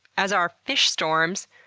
as are fish storms,